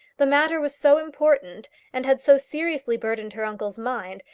the matter was so important, and had so seriously burdened her uncle's mind,